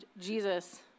Jesus